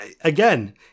Again